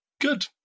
good